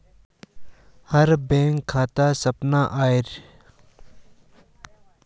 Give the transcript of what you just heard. हर bank खातात अपनार IFSC code दि छे